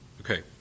Okay